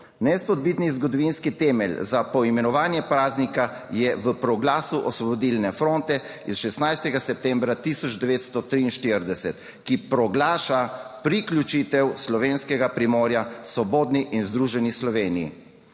Neizpodbitni zgodovinski temelj za poimenovanje praznika je v proglasu Osvobodilne fronte iz 16. septembra 1943, ki proglaša priključitev Slovenskega primorja k svobodni in združeni Sloveniji.